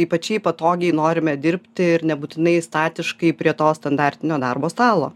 ypačiai patogiai norime dirbti ir nebūtinai statiškai prie to standartinio darbo stalo